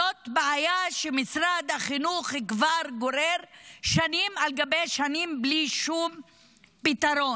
זאת בעיה שמשרד החינוך גורר כבר שנים על גבי שנים בלי שום פתרון.